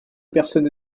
personne